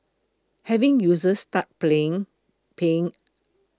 having users start playing paying